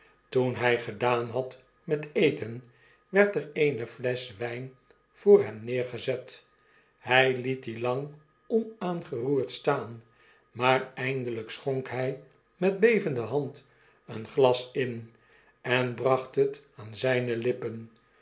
toen hij gedaan had met eten werd er eene flesch wyn voor hem neergezet hg liet die lang onaangeroerd staan maar eindelgk schonk hy met bevende hand een glas in en bracht het aan zijne lippen